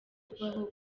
kubaho